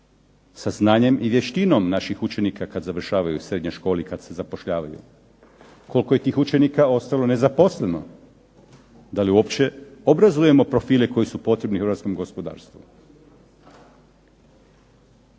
sa znanjem i vještinom naših učenika kad završavaju srednje škole i kad se zapošljavaju. Koliko je tih učenika ostalo nezaposleno? Da li uopće obrazujemo profile koji su potrebni hrvatskom gospodarstvu?